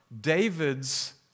David's